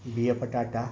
बिह पटाटा